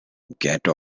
gate